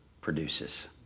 produces